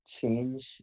change